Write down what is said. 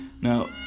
Now